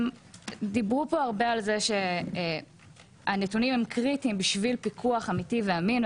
דיברו פה הרבה על זה שהנתונים הם קריטיים לצורך פיקוח אמיתי ואמין.